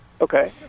Okay